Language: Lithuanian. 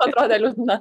atrodė liūdna